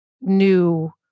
new